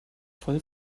voll